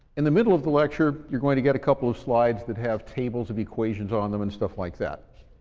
in the middle of the lecture you're going to get a couple of slides that have tables and equations on them and stuff like that,